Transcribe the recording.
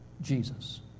Jesus